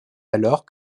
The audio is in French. alors